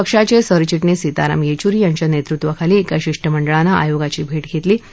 पक्षाच सिरचिटणीस सीताराम यद्वुरी यांच्या नकूविवाखाली एका शिष्ठमंडळानं आयोगाची भटी घटिमी